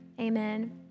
amen